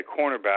cornerback